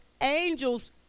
angels